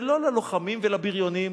ולא ללוחמים ול"בריונים".